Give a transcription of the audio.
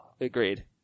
Agreed